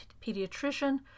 pediatrician